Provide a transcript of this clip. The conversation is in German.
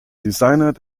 designer